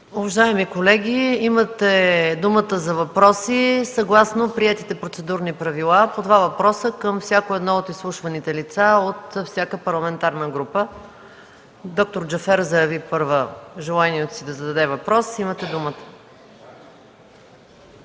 Уважаеми колеги, имате думата за въпроси, съгласно приетите процедурни правила – по два въпроса към всяко едно от изслушваните лица от всяка парламентарна група. Доктор Джафер заяви първа желанието си да зададе въпрос. Имате думата.